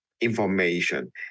information